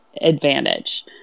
advantage